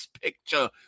picture